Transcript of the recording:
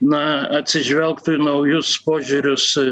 na atsižvelgtų į naujus požiūrius